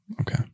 Okay